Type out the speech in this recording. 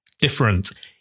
different